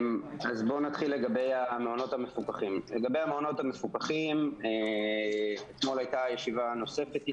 לגבי המעונות המפוקחים - אמול הייתה ישיבה נוספת איתם.